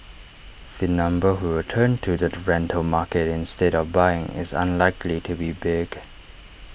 the number who will turn to the rental market instead of buying is unlikely to be big